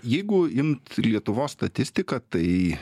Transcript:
jeigu imt lietuvos statistiką tai